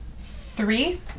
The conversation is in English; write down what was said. Three